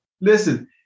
listen